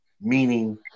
meaning